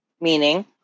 meaning